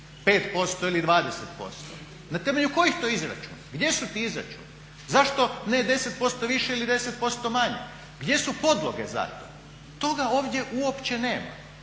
5% ili 20%. Na temelju kojih to izračuna, gdje su ti izračuni, zašto ne 10% više ili 10% manje, gdje su podloge za to? Toga ovdje uopće nema